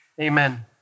amen